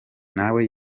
nawe